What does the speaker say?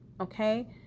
okay